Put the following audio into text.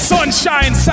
Sunshine